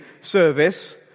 service